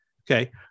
Okay